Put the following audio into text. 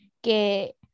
que